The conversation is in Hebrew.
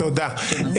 תודה.